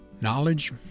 Knowledge